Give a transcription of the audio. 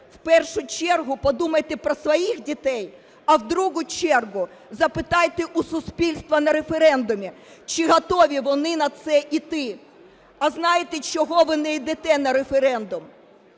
в першу чергу подумайте про своїх дітей, а в другу чергу запитайте у суспільства на референдумі, чи готові вони на це йти. А знаєте, чого ви не йдете на референдум?